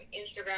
Instagram